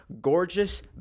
gorgeous